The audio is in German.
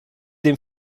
dem